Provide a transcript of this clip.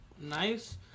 nice